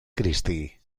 christie